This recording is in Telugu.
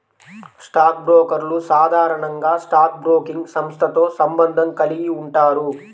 స్టాక్ బ్రోకర్లు సాధారణంగా స్టాక్ బ్రోకింగ్ సంస్థతో సంబంధం కలిగి ఉంటారు